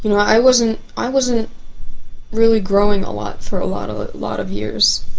you know i wasn't i wasn't really growing a lot for a lot of lot of years,